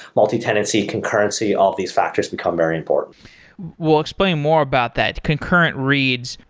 multi-tenancy, concurrency, all these factors become very important well, explain more about that concurrent reads.